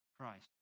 Christ